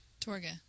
Torga